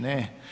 Ne.